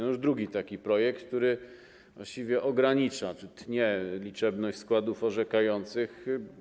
To już drugi taki projekt, który właściwie ogranicza czy tnie liczebność składów orzekających.